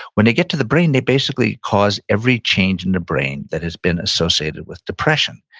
when they get to the brain, they basically cause every change in the brain that has been associated with depression,